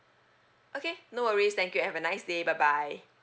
okay no worries thank you have a nice day bye bye